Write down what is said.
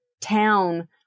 town